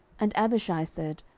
and abishai said,